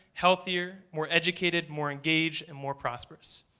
healthier, more educated, more engaged and more prosperous.